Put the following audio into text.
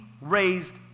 raised